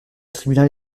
tribunal